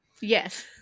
yes